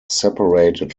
separated